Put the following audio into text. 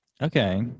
Okay